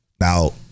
Now